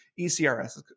ECRS